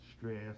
stress